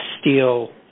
steel